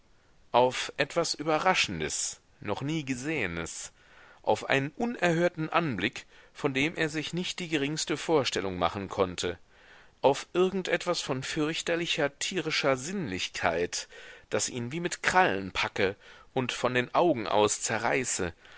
auf etwas überraschendes noch nie gesehenes auf einen unerhörten anblick von dem er sich nicht die geringste vorstellung machen konnte auf irgend etwas von fürchterlicher tierischer sinnlichkeit das ihn wie mit krallen packe und von den augen aus zerreiße